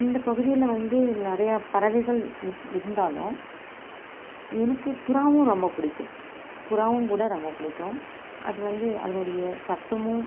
இந்த பகுதியில் வந்து நிறையா பறவைகள் இரு இருந்தாலும் எனக்கு புறாவும் ரொம்ப பிடிக்கும் புறாவும் கூட ரொம்ப பிடிக்கும் அது வந்து அதனுடைய சத்தமும்